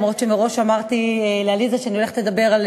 אף-על-פי שמראש אמרתי לעליזה שאני הולכת לדבר על